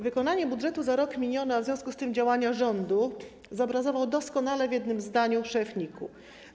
Wykonanie budżetu za rok miniony, a w związku z tym działania rządu zobrazował doskonale w jednym zdaniu szef NIK-u.